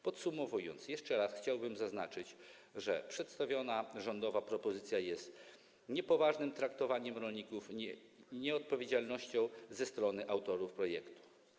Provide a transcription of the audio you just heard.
Podsumowując, jeszcze raz chciałbym zaznaczyć, że przedstawiona rządowa propozycja jest niepoważnym traktowaniem rolników i nieodpowiedzialnością ze strony autorów projektu.